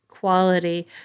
quality